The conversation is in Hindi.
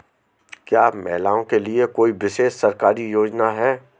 क्या महिलाओं के लिए कोई विशेष सरकारी योजना है?